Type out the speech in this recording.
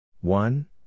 One